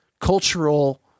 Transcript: cultural